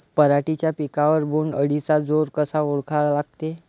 पराटीच्या पिकावर बोण्ड अळीचा जोर कसा ओळखा लागते?